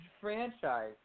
franchise